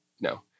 no